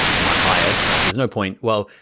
and my highest, there's no point, well,